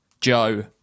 Joe